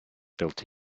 built